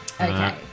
Okay